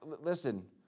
listen